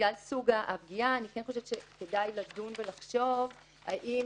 בגלל סוג הפגיעה אני כן חושבת שכדאי לדון ולחשוב האם